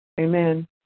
Amen